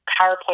PowerPoint